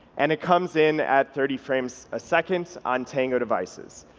and it comes in at thirty frames a second on tango devices.